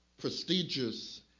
prestigious